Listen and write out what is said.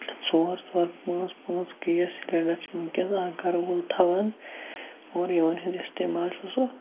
ژور ژور پانٛژھ پانٛژھ گیس سِلینڈَر چھِ وٕنکیٚنَس اَکھ گَرٕ وول تھوان اورٕ یور ہیُںٛد استعمال چھُ سُہ